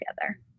together